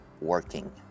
working